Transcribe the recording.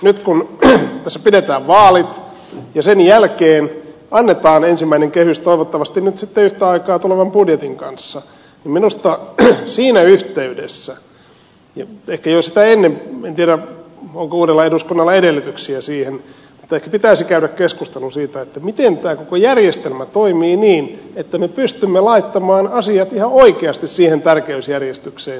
nyt kun tässä pidetään vaalit ja sen jälkeen annetaan ensimmäinen kehys toivottavasti nyt sitten yhtä aikaa tulevan budjetin kanssa minusta siinä yhteydessä ja ehkä jo sitä ennen en tiedä onko uudella eduskunnalla edellytyksiä siihen ehkä pitäisi käydä keskustelu siitä miten tämä koko järjestelmä toimii niin että me pystymme laittamaan asiat ihan oikeasti siihen tärkeysjärjestykseen jota me haluamme